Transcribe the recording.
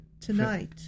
tonight